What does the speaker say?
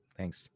Thanks